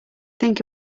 think